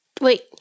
Wait